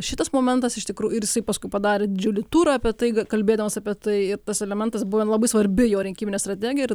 šitas momentas iš tikrų ir jisai paskui padarė didžiulį turą apie tai kalbėdamas apie tai elementas buvo labai svarbi jo rinkiminė strategija ir